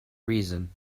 reason